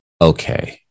Okay